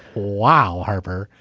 wow. harbor.